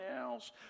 else